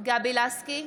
גבי לסקי,